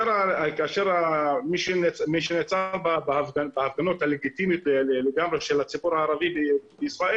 כאשר מי שנעצר בהפגנות הלגיטימיות לגמרי במדינת ישראל